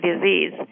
disease